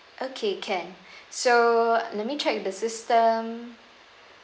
okay can so let me check with the system